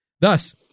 Thus